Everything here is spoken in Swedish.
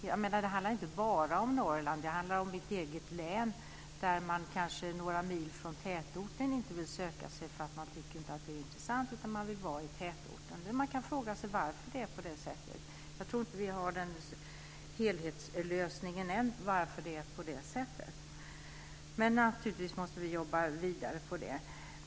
Det handlar inte bara om Norrland, det handlar om mitt eget län. Till orter några mil från tätorten vill man inte söka sig därför att man inte tycker att det är intressant. Man vill vara i tätorten. Det finns anledning att fråga sig varför det är så. Jag tror inte att vi har helhetslösningen än på det. Men naturligtvis måste vi jobba vidare.